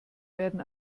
werden